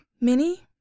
Minnie